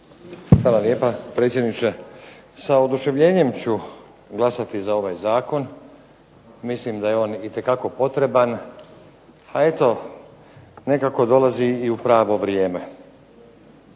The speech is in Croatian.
Hvala lijepa predsjedniče. Sa oduševljenjem ću glasati za ovaj zakon. Mislim da je on itekako potreban. Pa eto nekako dolazi i u pravo vrijeme.